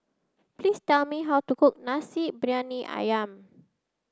please tell me how to cook Nasi Briyani Ayam